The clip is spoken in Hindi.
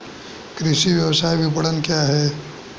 कृषि व्यवसाय विपणन क्या है?